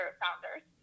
founders